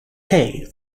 through